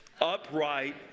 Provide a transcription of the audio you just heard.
upright